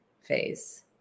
phase